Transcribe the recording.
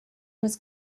was